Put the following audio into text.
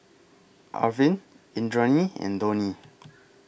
Arvind Indranee and Dhoni